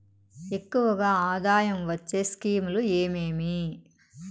ఎక్కువగా ఆదాయం వచ్చే స్కీమ్ లు ఏమేమీ?